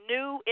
new